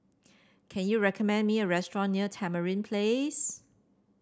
can you recommend me a restaurant near Tamarind Place